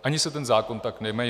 Ani se ten zákon tak nejmenuje.